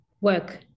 work